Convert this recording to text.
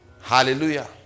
hallelujah